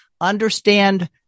understand